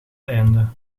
einde